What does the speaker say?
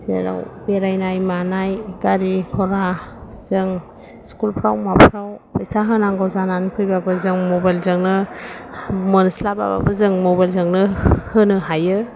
जेराव बेरायनाय मानाय गारि घरा जों स्कुलफ्राव माफ्राव फैसा होनांगौ जाना फैब्लाबो जों मबाइलजोंनो मोनस्लाबाबो जों मबाइलजोंनो होनो हायो